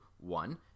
one